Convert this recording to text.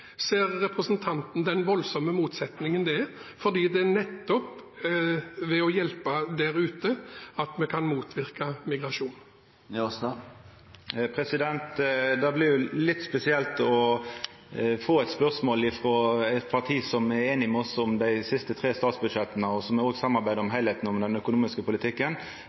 Ser representanten den voldsomme motsetningen dette er? Det er nettopp ved å hjelpe der ute at vi kan motvirke migrasjon. Det blir litt spesielt å få spørsmål frå eit parti som er einig med oss om dei siste tre statsbudsjetta, og som òg samarbeider om heilskapen i den økonomiske politikken.